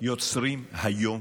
יוצרים היום